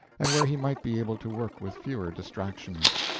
and where he might be able to work with fewer distractions.